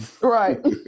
Right